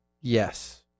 yes